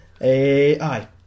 aye